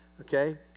Okay